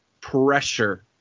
pressure